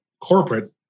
corporate